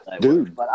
Dude